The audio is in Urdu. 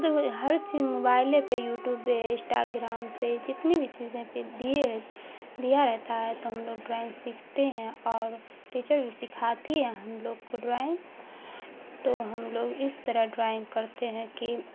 ہر چیز موبائلے پہ یوٹیوب پہ انسٹاگرام پہ جتنی بھی چیزیں بھی دیا رہتا ہے تو ہم لوگ ڈرائنگ سیکھتے ہیں اور ٹیچر بھی سکھاتی ہے ہم لوگ کو ڈرائنگ تو ہم لوگ اس طرح ڈرائنگ کرتے ہیں کہ